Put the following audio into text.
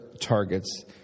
targets